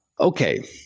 Okay